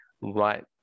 right